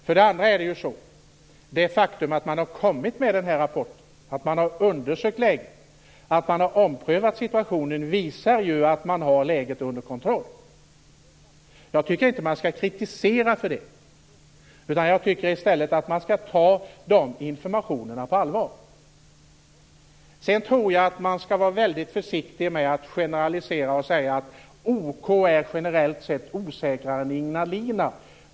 För det andra visar det faktum att man har kommit med en rapport, undersökt läget och omprövat situationen att man har läget under kontroll. Jag tycker inte att man skall kritisera för det. Jag tycker i stället att vi skall ta de informationerna på allvar. Sedan tror jag att man skall vara väldigt försiktig med att generalisera och säga att OK generellt sett är osäkrare än Ignalina.